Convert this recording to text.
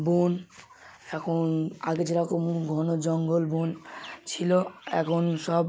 বন এখন আগে যেরকম ঘন জঙ্গল বন ছিল এখন সব